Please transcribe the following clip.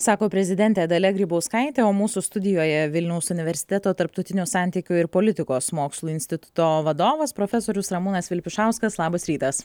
sako prezidentė dalia grybauskaitė o mūsų studijoje vilniaus universiteto tarptautinių santykių ir politikos mokslų instituto vadovas profesorius ramūnas vilpišauskas labas rytas